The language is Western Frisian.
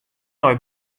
nei